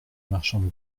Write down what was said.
marchande